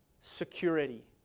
security